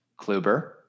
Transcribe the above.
Kluber